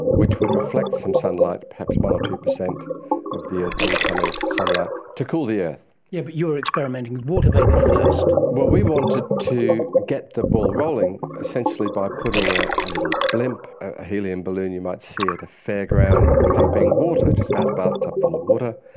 which would reflect some sunlight, perhaps one percent or two percent of the earth's incoming sunlight to cool the earth. yes, but you were experimenting with water vapour first. well, we wanted to get the ball rolling essentially by putting a a little blimp, a helium balloon you might see at a fairground pumping water, just about a bathtub full of water,